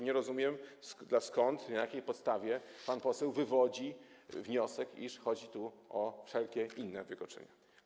Nie rozumiem, na jakiej podstawie pan poseł wyciąga wniosek, iż chodzi tu o wszelkie inne wykroczenia.